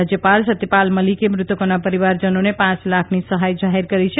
રાજયપાલ સત્યપાલ મલીકે મૃતકોના પરિવારજનોને પાંચ લાખની સહાય જાહેર કરી છે